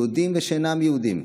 יהודים ושאינם יהודים.